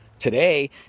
Today